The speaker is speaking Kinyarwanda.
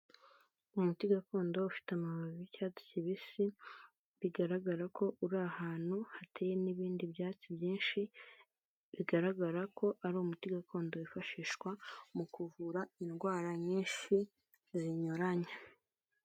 Umuti gakondo ufite amababi y'icyatsi kibisi, bigaragara ko uri ahantu hateye n'ibindi byatsi byinshi, bigaragara ko ari umuti gakondo wifashishwa mu kuvura indwara nyinshi zinyuranye.